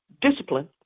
discipline